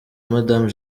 madame